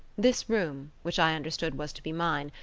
this room, which i understood was to be mine,